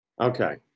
okay